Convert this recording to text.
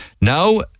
Now